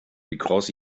because